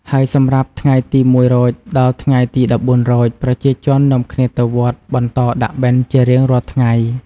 ហើយសម្រាប់ថ្ងៃទី០១រោច ដល់ថ្ងៃទី១៤រោច ប្រជាជននាំគ្នាទៅវត្ត បន្តដាក់បិណ្ឌជារៀងរាល់ថ្ងៃ។